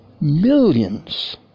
millions